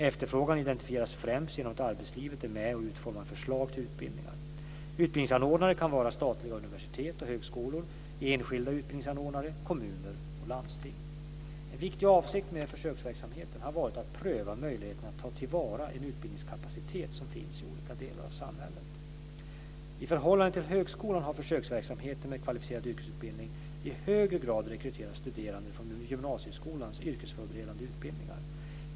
Efterfrågan identifieras främst genom att arbetslivet är med och utformar förslag till utbildningar. Utbildningsanordnare kan vara statliga universitet och högskolor, enskilda utbildningsanordnare, kommuner och landsting. En viktig avsikt med försöksverksamheten har varit att pröva möjligheterna att ta till vara en utbildningskapacitet som finns i olika delar av samhället. I förhållande till högskolan har försöksverksamheten med kvalificerad yrkesutbildning i högre grad rekryterat studerande från gymnasieskolans yrkesförberedande utbildningar.